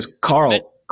Carl